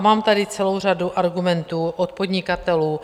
Mám tady celou řadu argumentů od podnikatelů.